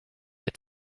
had